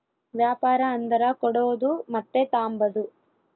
ವ್ಯಾಪಾರ ಅಂದರ ಕೊಡೋದು ಮತ್ತೆ ತಾಂಬದು